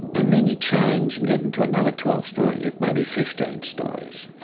and then you change and get into another twelve storey lift, maybe fifteen storeys.